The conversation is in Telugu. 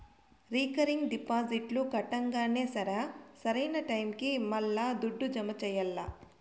రికరింగ్ డిపాజిట్లు కట్టంగానే సరా, సరైన టైముకి మల్లా దుడ్డు జమ చెయ్యాల్ల